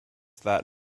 that